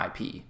IP